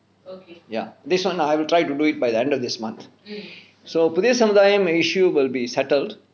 ya this [one] I will try to do it by the end of this month so because sometime issue will be settled